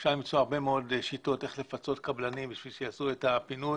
אפשר למצוא הרבה מאוד איך לפצות קבלנים כדי שיעשו את הפינוי